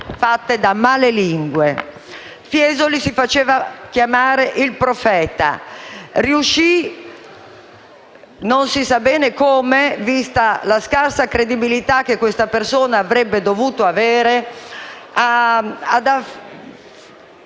frutto di malelingue. Fiesoli si faceva chiamare il profeta. Riuscì - non si sa bene come, vista la scarsa credibilità che avrebbe dovuto avere - a organizzare